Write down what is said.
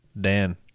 Dan